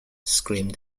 screamed